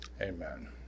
Amen